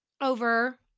over